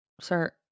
Sir